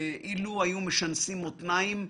היו משנסים מותניים,